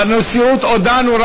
בנשיאות הודענו,